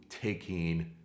taking